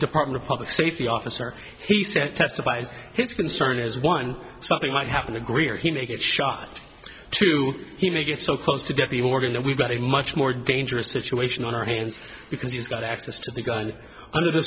department of public safety officer he said testifies his concern is one something might happen agree or he may get shot too he may get so close to death the organ that we've got a much more dangerous situation on our hands because he's got access to the gun under the